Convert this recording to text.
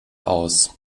aus